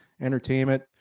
entertainment